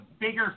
bigger